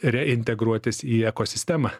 reintegruotis į ekosistemą